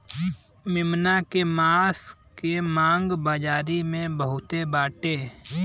मेमना के मांस के मांग बाजारी में बहुते बाटे